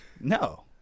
No